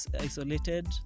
isolated